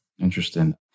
Interesting